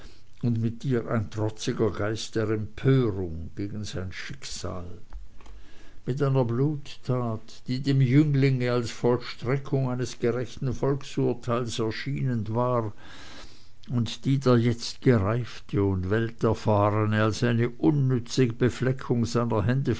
und mit ihr ein trotziger geist der empörung gegen sein schicksal mit einer bluttat die dem jünglinge als vollstreckung eines gerechten volksurteils erschienen war und die der jetzt gereifte und welterfahrne als eine unnütze befleckung seiner hände